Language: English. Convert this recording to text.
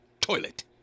toilet